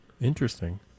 Interesting